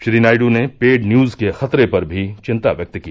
श्री नायड् ने paid news के खतरे पर भी विंता व्यक्त की